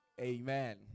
Amen